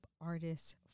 Artists